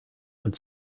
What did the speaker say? und